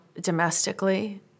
domestically